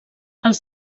els